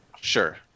Sure